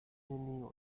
neniun